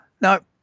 Now